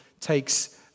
takes